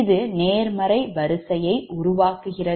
இது நேர்மறை வரிசையை உருவாக்குகிறது